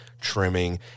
trimming